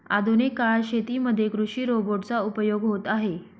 आधुनिक काळात शेतीमध्ये कृषि रोबोट चा उपयोग होत आहे